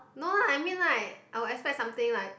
no lah I mean like I will expect something like